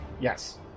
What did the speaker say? Yes